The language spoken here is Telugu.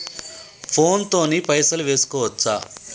ఫోన్ తోని పైసలు వేసుకోవచ్చా?